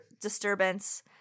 disturbance